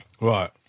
Right